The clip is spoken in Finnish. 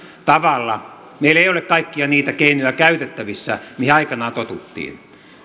tavalla meillä ei ole kaikkia niitä keinoja käytettävissä mihin aikanaan totuttiin